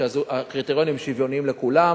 שהקריטריונים שוויוניים לכולם.